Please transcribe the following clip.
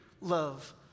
love